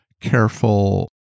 careful